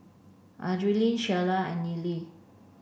Adriene Shiela and Nealy